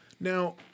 Now